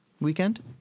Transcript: weekend